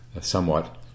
somewhat